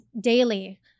daily